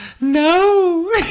No